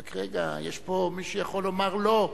רק רגע, יש פה מי שיכול לומר לא.